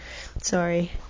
Sorry